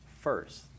first